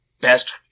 best